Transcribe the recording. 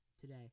today